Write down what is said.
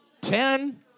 ten